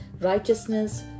righteousness